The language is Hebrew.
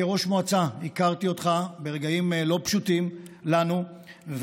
כראש מועצה הכרתי אותך ברגעים לא פשוטים לנו,